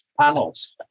panels